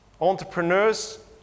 entrepreneurs